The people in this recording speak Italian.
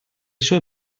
sue